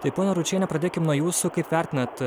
tai ponia ručiene pradėkim nuo jūsų kaip vertinat